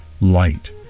light